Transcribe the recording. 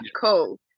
Cool